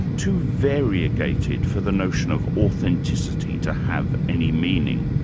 too variegated for the notion of authenticity to have any meaning?